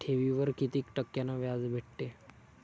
ठेवीवर कितीक टक्क्यान व्याज भेटते?